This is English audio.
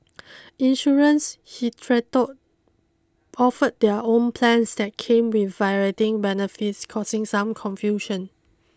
insurance hitherto offered their own plans that came with varying benefits causing some confusion